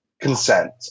consent